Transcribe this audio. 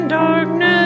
darkness